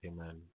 amen